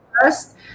first